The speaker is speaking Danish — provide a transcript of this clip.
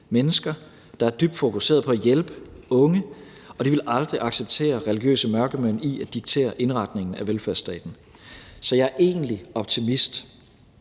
mennesker, som er dybt fokuseret på at hjælpe unge, og de ville aldrig acceptere, at religiøse mørkemænd dikterer indretningen af velfærdsstaten. Så jeg er egentlig optimist.